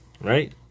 Right